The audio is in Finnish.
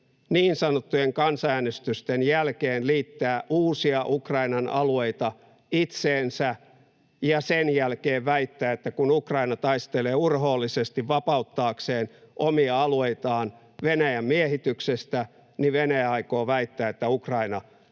niin sanottujen kan-sanäänestysten jälkeen liittää uusia Ukrainan alueita itseensä, ja kun Ukraina taistelee urhoollisesti vapauttaakseen omia alueitaan Venäjän miehityksestä, niin Venäjä aikoo väittää, että Ukraina